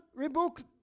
rebook